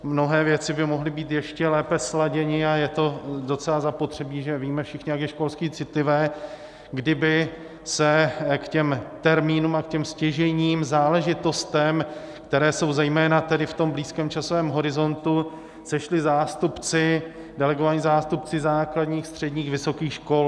Mnohé věci by mohly být ještě lépe sladěny, a je to docela zapotřebí, protože víme všichni, jak je školství citlivé, kdyby se k těm termínům a k těm stěžejním záležitostem, které jsou zejména tedy v tom blízkém časovém horizontu, sešli zástupci, delegovaní zástupci základních, středních, vysokých škol.